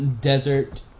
desert